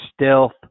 stealth